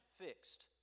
fixed